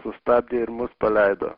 sustabdė ir mus paleido